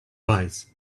wise